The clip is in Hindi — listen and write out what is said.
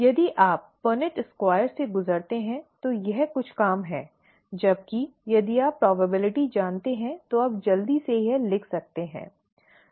यदि आप Punnett स्क्वायर से गुजरते हैं तो यह कुछ काम है जबकि यदि आप संभावना जानते हैं तो आप जल्दी से यह लिख सकते हैं ठीक है